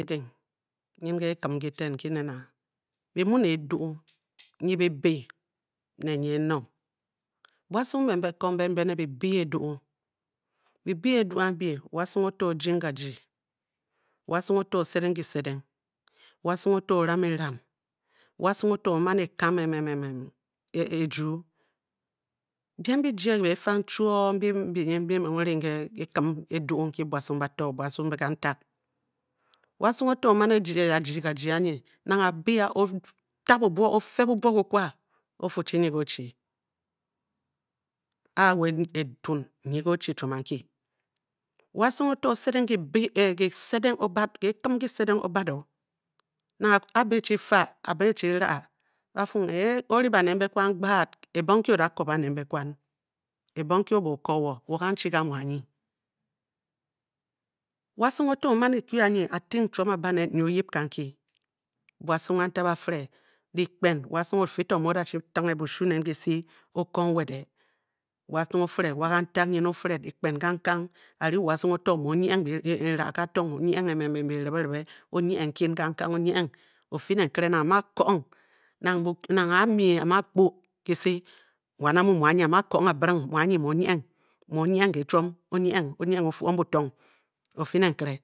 Nyin ke kim nkì ten nki nen a bi mu ne edu. nyì bibe ne nyi enong. buasung be ko mbe be ne bibé edu, bibe edu ambi wa sung oto ojiing ka jii, wasung o to osedeng kisedeng, wasung oto o-oman e- kam e ejuu. biem bi jie ke bifang chuo mbiji binyin m byi me romu ring e kikim edu nyi buasung bato buasung mbe kantig wasung oto o- man e-da jijoka jii anyi, nang a- bi a o ta bubuo, o- fe bubuo kikwa, ofu chi nyi ke o-chi, a- na etun nyi nke o-chi chiom anki wasung, o to osedeng kibe kisedeng o- bad, keh kim bisedeng o- bad o nang a a be e- chi fa, a- be echi na, ba fung e e eh, ofri banu mbe kwan gbad ebong nki o da ko baned mbe kwan. ebong nki o- ba o ko wo? wo kanchi nke amu anyi?. Na sung oto o- man ekwu anyi a ting chiom a- ba nen, nyi ayip kanki. Buasung kan tig ba fire dyikpen, wasung o-fii to mu o da- da chi tinghe bushu nen kise o-ko nwede. wasung o- fìré wa kantig nyin, ofiré kpen kangkang. A- ring wasung oto mu onyeng ke n ra ke a tong, o- nyeng beh ribiri be, o- nyeng nkin kangkang o- nyeng, o- fii ne nkere, na a- mu a-kong, nang bukyu nang a- a mi a mu a kpo kisi, wan a mu mu a nyi amu a-kong a- bi ring, mu o-nyeng kehchiom, o- nyeng o-nyeng o- fwa butong. o- fii ne nkere